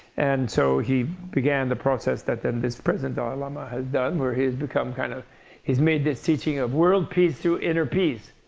and so, he began the process that then this present dalai lama has done, where he has become kind of he's made this teaching of world peace through inner peace,